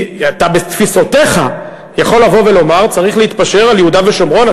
אתה בתפיסותיך יכול לבוא ולומר: צריך להתפשר על יהודה ושומרון.